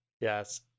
Yes